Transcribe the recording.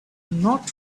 not